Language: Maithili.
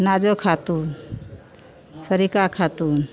नाजो खातुन सारिका खातुन